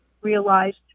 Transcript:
realized